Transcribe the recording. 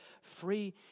free